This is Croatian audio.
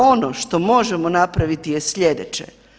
Ono što možemo napraviti je slijedeće.